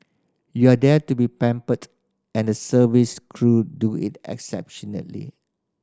you are there to be pampered and the service crew do it